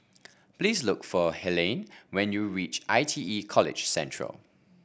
please look for Helaine when you reach I T E College Central